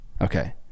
Okay